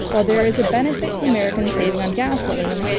while there is a benefit to americans saving on gasoline,